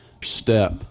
step